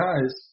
guys